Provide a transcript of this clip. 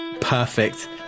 perfect